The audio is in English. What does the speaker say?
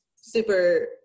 super